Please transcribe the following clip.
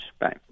Bye